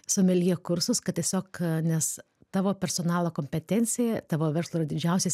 someljė kursus kad tiesiog nes tavo personalo kompetencija tavo verslo yra didžiausia